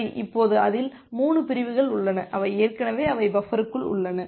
சரி இப்போது அதில் 3 பிரிவுகள் உள்ளன அவை ஏற்கனவே அவை பஃபருக்குள் உள்ளன